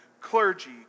clergy